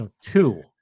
two